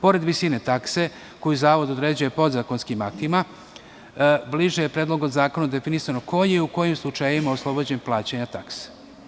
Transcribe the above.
Pored visine takse koju zavod određuje podzakonskim aktima, bliže je Predlogom zakona definisano ko je i u kojim slučajevima oslobođen plaćanja takse.